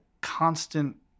constant